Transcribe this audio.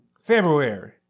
February